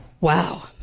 Wow